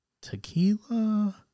tequila